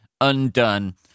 undone